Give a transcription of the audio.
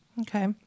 Okay